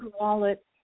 Wallet